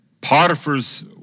Potiphar's